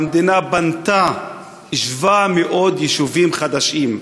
המדינה בנתה 700 יישובים חדשים,